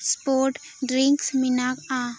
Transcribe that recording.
spot drinks ᱢᱮᱱᱟᱜ ᱟ